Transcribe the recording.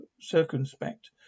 circumspect